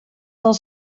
del